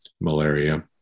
malaria